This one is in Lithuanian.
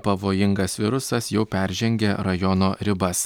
pavojingas virusas jau peržengė rajono ribas